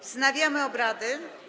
Wznawiam obrady.